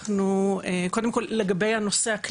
אנחנו קודם כל לגבי הנושא,